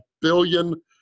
billion